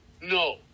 No